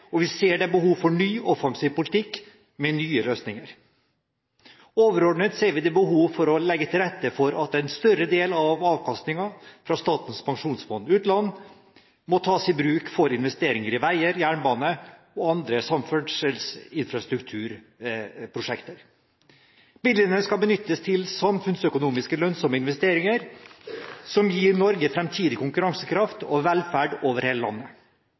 grep. Vi ser det er behov for en ny, offensiv politikk med nye løsninger. Overordnet ser vi det er behov for å legge til rette for at en større del av avkastningen fra Statens pensjonsfond utland må tas i bruk for investeringer i veier, jernbane og andre samferdselsinfrastrukturprosjekter. Midlene skal benyttes til samfunnsøkonomisk lønnsomme investeringer, som gir Norge framtidig konkurransekraft og velferd over hele landet.